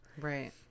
Right